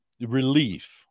relief